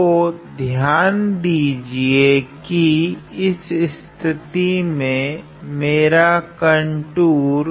तो ध्यान दीजिए कि इस स्थिती मे मेरा कंटूर